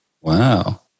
Wow